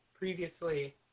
Previously